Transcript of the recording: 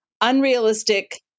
unrealistic